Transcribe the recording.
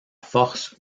force